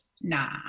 Nah